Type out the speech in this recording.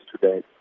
today